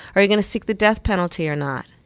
are you going to seek the death penalty or not?